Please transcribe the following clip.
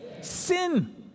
sin